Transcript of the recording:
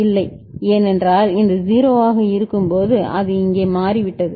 இல்லை ஏனென்றால் இந்த 0 ஆக இருக்கும்போது அது இங்கே மாறிவிட்டது